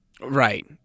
Right